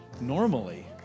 normally